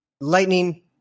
Lightning